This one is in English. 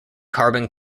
carbon